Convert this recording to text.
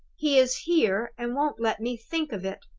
he is here and won't let me think of it!